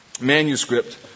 manuscript